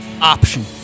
option